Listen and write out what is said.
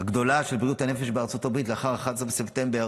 הגדולה של בריאות הנפש בארצות הברית לאחר 11 בספטמבר,